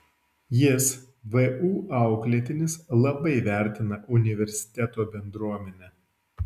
jis vu auklėtinis labai vertina universiteto bendruomenę